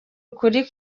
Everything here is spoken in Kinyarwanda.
ukuri